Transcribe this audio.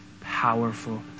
powerful